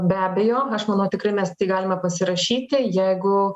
be abejo aš manau tikrai mes galime pasirašyti jeigu